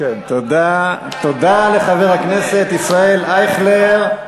תודה לחבר הכנסת ישראל אייכלר.